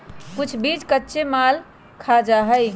कुछ बीज कच्चे खाल जा हई